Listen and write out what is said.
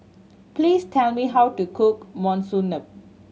please tell me how to cook Monsunabe